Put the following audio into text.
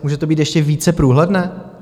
Může to být ještě více průhledné?